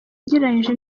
ugereranyije